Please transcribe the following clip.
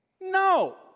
No